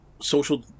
social